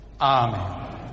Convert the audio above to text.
Amen